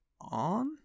on